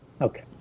Okay